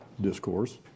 discourse